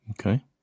Okay